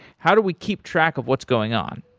how do we keep track of what's going on?